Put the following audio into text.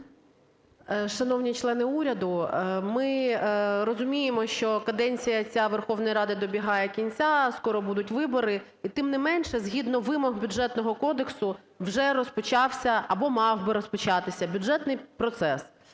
Шановні члени уряду, ми розуміємо, що каденція ця Верховної Ради добігає кінця, скоро будуть вибори. Тим не менше згідно вимог бюджетного кодексу вже розпочався або мав би розпочатися бюджетний процес.